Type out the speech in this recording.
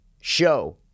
show